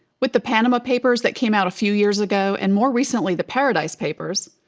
with the panama papers that came out a few years ago, and more recently, the paradise papers,